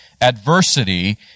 Adversity